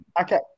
Okay